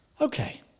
Okay